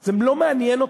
זה לא מעניין אותי.